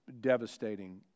devastating